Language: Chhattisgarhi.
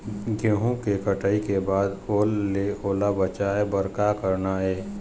गेहूं के कटाई के बाद ओल ले ओला बचाए बर का करना ये?